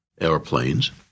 airplanes